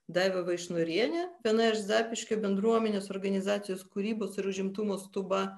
daiva vaišnorienė viena iš zapyškio bendruomenės organizacijos kūrybos ir užimtumo stuba